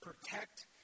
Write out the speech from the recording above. protect